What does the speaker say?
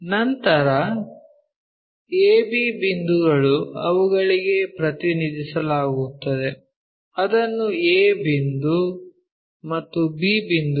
ನಂತರ ab ಬಿಂದುಗಳು ಅವುಗಳಿಗೆ ಪ್ರತಿನಿಧಿಸಲಾಗುತ್ತದೆ ಅದನ್ನು a ಮತ್ತು b ಬಿಂದುಗಳು